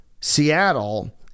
Seattle